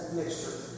mixture